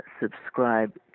subscribe